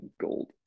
gold